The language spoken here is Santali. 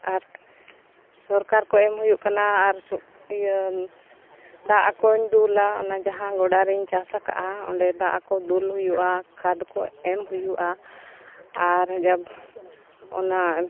ᱟᱨ ᱥᱚᱨᱠᱟᱨ ᱠᱚ ᱮᱢ ᱦᱩᱭᱩᱜ ᱠᱟᱱᱟ ᱟᱨ ᱤᱭᱟᱹ ᱫᱟᱜ ᱠᱚᱧ ᱫᱩᱞᱟ ᱚᱱᱟ ᱡᱟᱦᱟᱸ ᱜᱚᱰᱟᱨᱤᱧ ᱪᱟᱥ ᱟᱠᱟᱫᱼᱟ ᱚᱸᱰᱮ ᱫᱟᱜ ᱠᱚ ᱫᱩᱞ ᱦᱩᱭᱩᱜᱼᱟ ᱠᱷᱟᱫᱽ ᱠᱚ ᱮᱢ ᱦᱩᱭᱩᱜᱼᱟ ᱟᱨ ᱡᱟᱵᱽ ᱚᱱᱟ